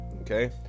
okay